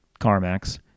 CarMax